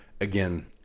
Again